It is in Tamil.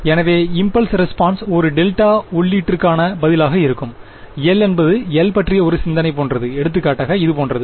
எனவே இம்பல்ஸ் ரெபோன்ஸ் ஒரு டெல்டா உள்ளீட்டிற்கான பதிலாக இருக்கும் L என்பது L பற்றிய ஒரு சிந்தனை போன்றது எடுத்துக்காட்டாக இது போன்றது